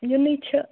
نُنٕے چھِ